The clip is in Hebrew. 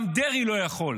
גם דרעי לא יכול.